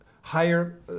Higher